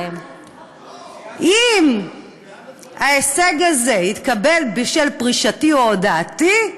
אם ההישג הזה התקבל בשל פרישתי או הודעתי,